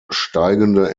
steigende